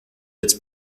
its